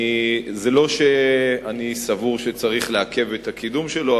זה לא שאני סבור שצריך לעכב את הקידום שלו,